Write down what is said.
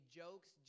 jokes